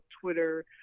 Twitter